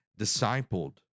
discipled